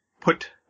put